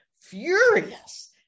furious